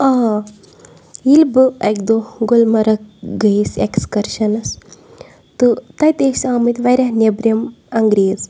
آ ییٚلہِ بہٕ اَکہِ دۄہ گُلمرگ گٔیَس اٮ۪کٕسکَرشَنَس تہٕ تَتہِ ٲسۍ آمٕتۍ واریاہ نیٚبرِم انٛگریز